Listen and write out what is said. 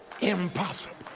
impossible